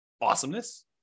Awesomeness